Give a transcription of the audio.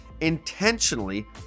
intentionally